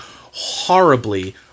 horribly